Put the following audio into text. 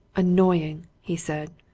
annoying! he said.